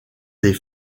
des